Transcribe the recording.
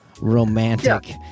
Romantic